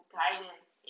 guidance